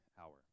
hour